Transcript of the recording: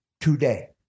today